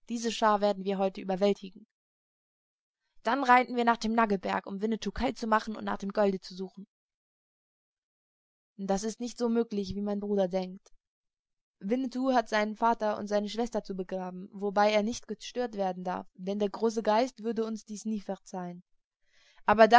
diese schar werden wir heute überwältigen dann reiten wir nach dem nuggetberge um winnetou kalt zu machen und nach dem golde zu suchen das ist nicht so möglich wie mein bruder denkt winnetou hat seinen vater und seine schwester zu begraben wobei er nicht gestört werden darf denn der große geist würde uns dies nie verzeihen aber